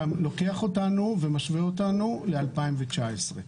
אתה משווה אותנו ל-2019.